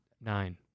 Nine